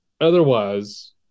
otherwise